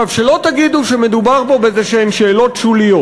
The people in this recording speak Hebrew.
עכשיו, שלא תגידו שמדובר פה באיזשהן שאלות שוליות.